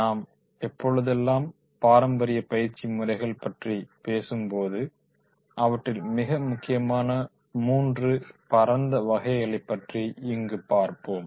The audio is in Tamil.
நாம் எப்பொழுதெல்லாம் பாரம்பரிய பயிற்சி முறைகள் பற்றி பேசும் போது அவற்றில் மிக முக்கியமான மூன்று பரந்த வகைகளை பற்றி இங்கு பார்ப்போம்